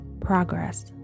progress